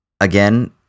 Again